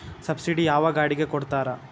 Subsidy ಯಾವ ಗಾಡಿಗೆ ಕೊಡ್ತಾರ?